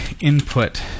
input